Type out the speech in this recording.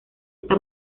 está